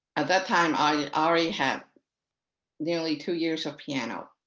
at that time i already had nearly two years of piano.